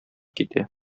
китә